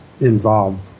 involved